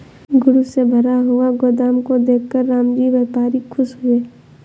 goods से भरा हुआ गोदाम को देखकर रामजी व्यापारी खुश हुए